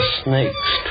snakes